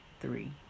three